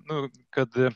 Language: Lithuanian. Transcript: noriu kad